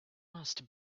must